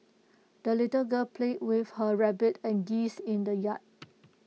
the little girl played with her rabbit and geese in the yard